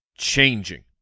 changing